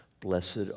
blessed